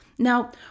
Now